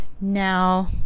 now